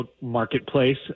Marketplace